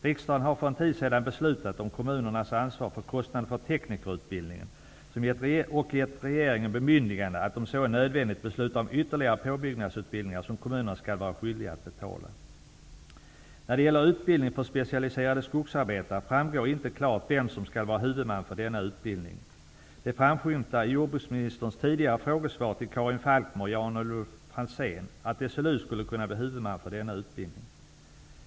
Riksdagen har för en tid sedan beslutat om kommunernas ansvar för kostnaderna när det gäller teknikerutbildningen samt gett regeringen bemyndigande att om så är nödvändigt besluta om ytterligare påbyggnadsutbildningar som kommunerna skall vara skyldiga att betala. När det gäller utbildning för specialiserade skogsarbetare framgår inte klart vem som skall vara huvudman för denna utbildning. Det framskymtar i jordbruksministerns svar till Karin Falkmer och Jan-Olof Franzén vid en tidigare frågedebatt att SLU skulle kunna bli huvudman för denna utbildning.